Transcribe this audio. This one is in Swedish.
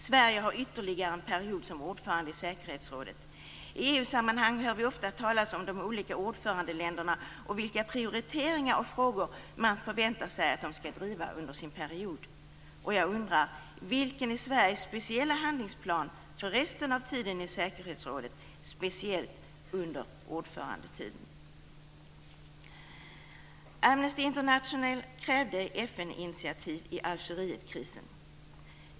Sverige har ytterligare en period som ordförande i säkerhetsrådet. I EU-sammanhang hör vi ofta talas om de olika ordförandeländerna och vilka prioriteringar av frågor man förväntar sig att de skall driva under sin period. Vilken är Sveriges speciella handlingsplan för resten av tiden i säkerhetsrådet - speciellt under ordförandetiden? Amnesty International krävde FN-initiativ i Algerietkrisen.